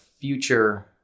future